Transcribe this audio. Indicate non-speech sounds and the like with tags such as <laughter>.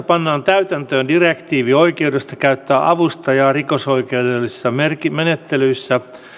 <unintelligible> pannaan täytäntöön direktiivi oikeudesta käyttää avustajaa rikosoikeudellisissa menettelyissä